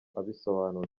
abisobanura